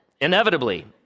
Inevitably